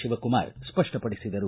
ಶಿವಕುಮಾರ್ ಸ್ಪಷ್ಟಪಡಿಸಿದರು